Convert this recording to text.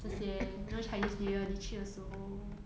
这些 you know chinese new year 你去的时候